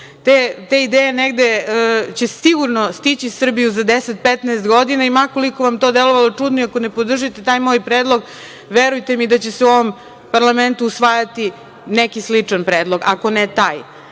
te ideje negde će sigurno stići Srbiju za 10-15 godina i ma koliko vam to delovalo čudno i ako ne podržite taj moj predlog, verujte mi da će se u ovom parlamentu usvajati neki sličan predlog, ako ne taj. Zbog